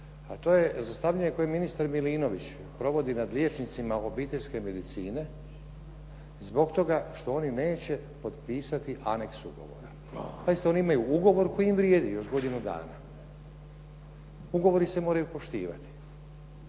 a to je zlostavljanje koje ministar Milinović provodi nad liječnicima obiteljske medicine zbog toga što oni neće potpisati anex ugovora. Pazite, oni imaju ugovor koji im vrijedi još godinu dana. Ugovori se moraju poštivati.